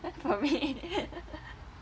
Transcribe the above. for me